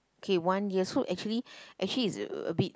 okay one year so actually actually it's uh a bit